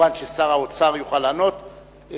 מובן ששר האוצר יוכל לענות,